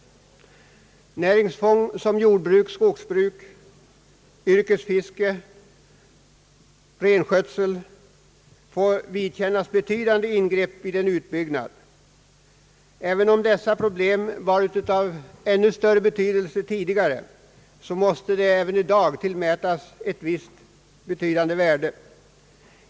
Näringsfång som jordbruk, skogsbruk, yrkesfiske och renskötsel får vidkännas betydande ingrepp i händelse av en utbyggnad. Även om dessa problem haft ännu större betydelse tidigare måste de också i dag tillmätas ganska stor vikt.